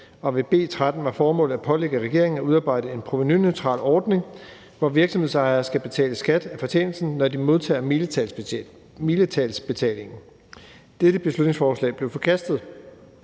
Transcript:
med B 13 var formålet at pålægge regeringen at udarbejde en provenuneutral ordning, hvor virksomhedsejere skal betale skat af fortjenesten, når de modtager milepælsbetalingen. Dette beslutningsforslag blev forkastet.